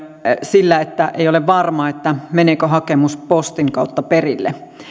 sillä ettei ole varma meneekö hakemus postin kautta perille